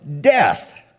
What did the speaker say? death